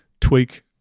tweak